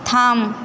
থাম